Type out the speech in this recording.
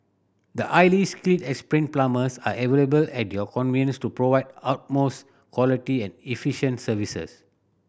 the highly skilled and experienced plumbers are available at your convenience to provide utmost quality and efficient services